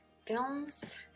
films